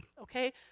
okay